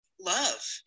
love